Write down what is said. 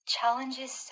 Challenges